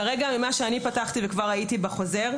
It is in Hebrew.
כרגע ממה שאני פתחתי וראיתי בחוזר,